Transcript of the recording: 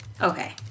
Okay